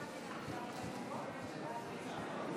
חבר הכנסת קיש,